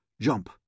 jump